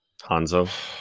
Hanzo